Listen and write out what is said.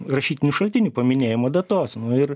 rašytinių šaltinių paminėjimo datos ir